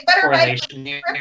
correlation